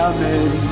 Amen